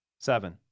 Seven